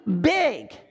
big